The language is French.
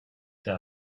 t’a